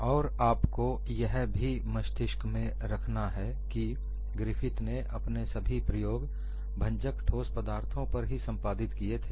और आपको यह भी मस्तिष्क में रखना है कि ग्रिफिथ ने अपने सभी प्रयोग भंजक ठोस पदार्थों पर ही संपादित किए थे